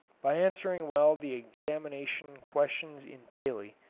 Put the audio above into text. by answering well the examination questions in paley,